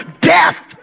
death